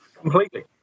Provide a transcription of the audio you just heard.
Completely